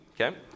Okay